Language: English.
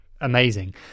amazing